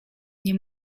nie